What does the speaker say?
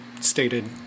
stated